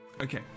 Okay